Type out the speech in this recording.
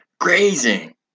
Grazing